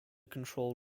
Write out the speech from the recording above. control